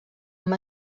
amb